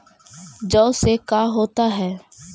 जौ से का होता है?